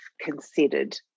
considered